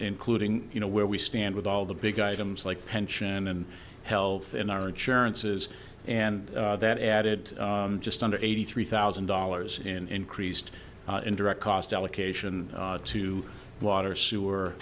including you know where we stand with all the big items like pension and health in our insurances and that added just under eighty three thousand dollars in increased in direct cost allocation to water sewer